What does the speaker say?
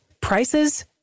prices